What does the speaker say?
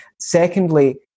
Secondly